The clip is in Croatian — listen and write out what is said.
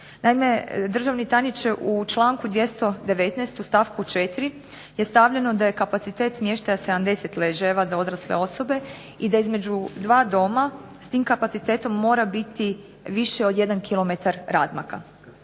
Naime, državni tajniče, u članku 219. u stavku 4. je stavljeno da je kapacitet smještaja 70 ležajeva za odrasle osobe i da između dva doma s tim kapacitetom mora biti više od 1 kilometar razmaka.